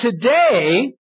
today